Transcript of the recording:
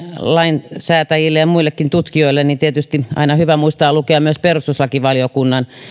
lainsäätäjien ja muidenkin kuten tutkijoiden on tietysti hyvä muistaa lukea myös perustuslakivaliokunnan